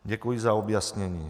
Děkuji za objasnění.